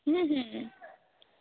हूँ हूँ हूँ